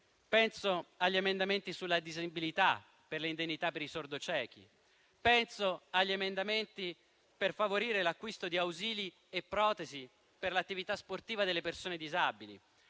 Penso agli emendamenti sulla disabilità per le indennità per i sordociechi. Penso agli emendamenti per favorire l'acquisto di ausili e protesi per l'attività sportiva delle persone disabili.